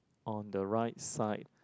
on the right side